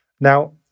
Now